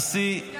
מה הקשר?